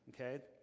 Okay